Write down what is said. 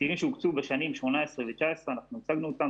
שהוקצו בשנים 18' ו-19', אנחנו הצגנו אותם.